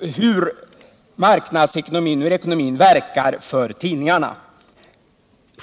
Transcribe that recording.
hur ekonomin verkar för tidningarna.